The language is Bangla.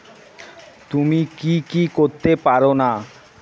তুমি কী কী করতে পারো না